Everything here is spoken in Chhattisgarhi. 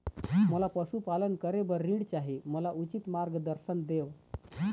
मोला पशुपालन करे बर ऋण चाही, मोला उचित मार्गदर्शन देव?